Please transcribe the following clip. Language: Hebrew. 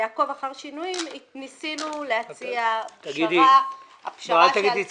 ב"עקוב אחר שינויים" ניסינו להציע פשרה -- תגידי צבעים.